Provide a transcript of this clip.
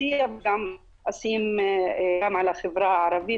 --- גם על החברה הערבית,